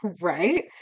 Right